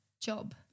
job